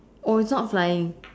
oh it's not flying